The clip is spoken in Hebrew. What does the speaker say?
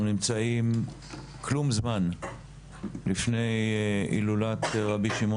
אנחנו נמצאים כלום זמן לפני הילולת רבי שמעון